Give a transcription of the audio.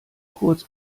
kurz